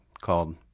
called